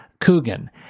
Coogan